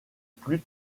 plus